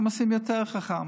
הם עושים משהו יותר חכם: